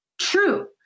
true